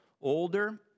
older